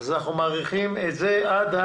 אז אנחנו מאריכים את זה עד?